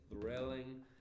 thrilling